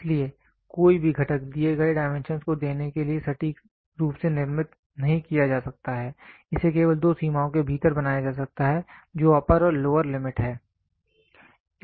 इसलिए कोई भी घटक दिए गए डायमेंशनस् को देने के लिए सटीक रूप से निर्मित नहीं किया जा सकता है इसे केवल दो सीमाओं के भीतर बनाया जा सकता है जो अपर और लोअर लिमिट है